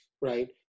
Right